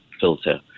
filter